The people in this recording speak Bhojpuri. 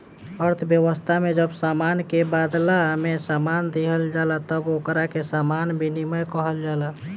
अर्थव्यवस्था में जब सामान के बादला में सामान दीहल जाला तब ओकरा के सामान विनिमय कहल जाला